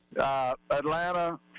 Atlanta